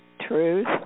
truth